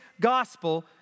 gospel